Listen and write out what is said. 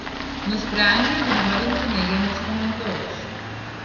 nusprendžiau ignorinti neigiamus komentarus